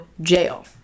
jail